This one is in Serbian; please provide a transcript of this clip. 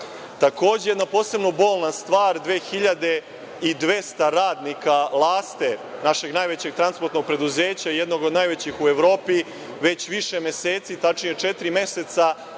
ovoga. Takođe, jedna posebno bolna stvar 2.200 radnika „Laste“, našeg najvećeg transportnog preduzeća, jednog od najvećih u Evropi, već više meseci, tačnije četiri meseca